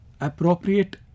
appropriate